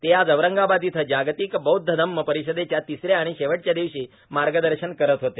ते आज औरंगाबाद इथं जागतिक बौध्द धम्म परिषदेच्या तिसऱ्या आणि शेवटच्या दिवशी मार्गदर्शन करत होते